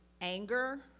anger